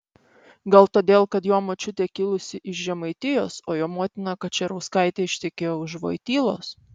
gal todėl kad jo močiutė kilusi iš žemaitijos o jo motina kačerauskaitė ištekėjo už vojtylos